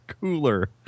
cooler